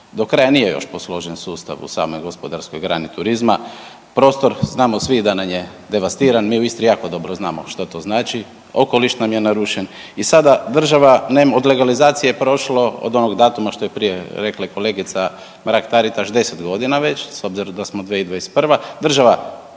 Do kraja nije još posložen sustav u samoj gospodarskog grani turizma, prostor znamo svi da nam je devastiran, mi u Istri jako dobro znamo, što to znači, okoliš nam je narušen i sada država, od legalizacije je prošlo od onog datuma što je prije rekla kolegica Mrak Taritaš 10 godina već s obzirom da smo 2021.